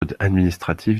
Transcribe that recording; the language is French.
administratif